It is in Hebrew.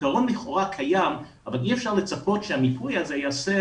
הפתרון לכאורה קיים אבל אי אפשר לצפות שהמיפוי הזה ייעשה